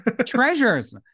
treasures